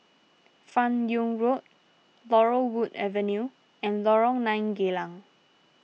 Fan Yoong Road Laurel Wood Avenue and Lorong nine Geylang